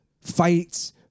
fights-